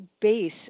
base